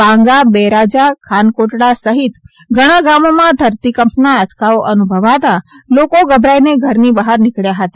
બાંગા બેરાજા ખાનકોટડા સહિત ઘણાં ગામોમાં ધરતીકંપના આંચકાઓ અનુભવાતા લોકો ગભરાઇને ઘરની બહાર નીકબ્યા હતા